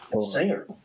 Singer